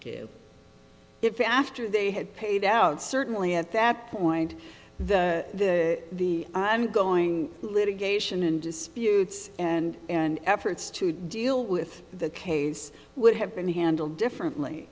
you if after they had paid out certainly at that point the i'm going litigation and disputes and and efforts to deal with the case would have been handled differently